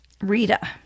Rita